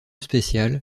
spécial